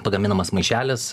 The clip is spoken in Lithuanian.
pagaminamas maišelis